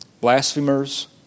blasphemers